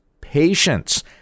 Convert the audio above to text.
patience